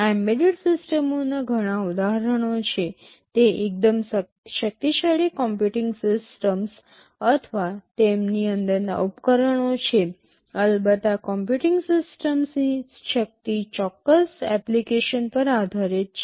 આ એમ્બેડેડ સિસ્ટમોના બધા ઉદાહરણો છે તે એકદમ શક્તિશાળી કમ્પ્યુટિંગ સિસ્ટમ્સ અથવા તેમની અંદરના ઉપકરણો છે અલબત્ત આ કમ્પ્યુટિંગ સિસ્ટમ્સની શક્તિ ચોક્કસ એપ્લિકેશન પર આધારિત છે